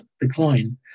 decline